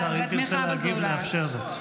למה את לא מסתכלת על העובדות?